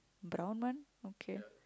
brown one okay